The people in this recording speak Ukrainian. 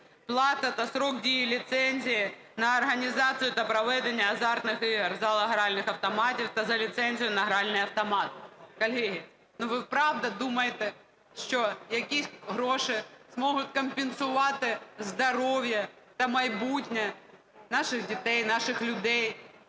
"Плата та строк дії ліцензій на організацію та проведення азартних ігор в залах гральних автоматів та за ліцензію на гральний автомат". Колеги, ну, ви правда думаєте, що якісь гроші можуть компенсувати здоров'я та майбутнє наших дітей, наших людей?